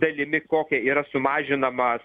dalimi kokia yra sumažinamas